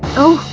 oh!